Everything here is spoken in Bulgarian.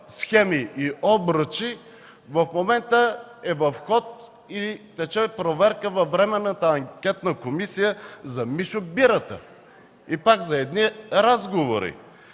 и обръчи. В момента е в ход и тече проверка във Временната анкетна комисия за Мишо Бирата и пак за едни разговори.